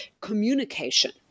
communication